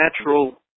natural